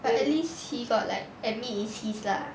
but at least he got like admit it's his lah